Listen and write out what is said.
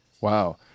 Wow